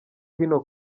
hino